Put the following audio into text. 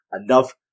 enough